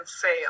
fail